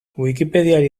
wikipediari